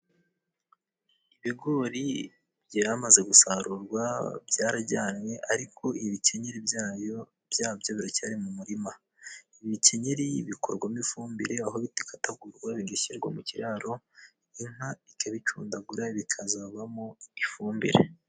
Ibigori byamaze gusarurwa ,byarajyanywe ariko ibikenyeri bya byabyo biracyari mu murima. Ibikenyeri bikorwamo ifumbire ,aho bikatagurwa bigashyirwa mu kiraro ,inka ikabicundagura bikazabamo ifumbire.